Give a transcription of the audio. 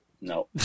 No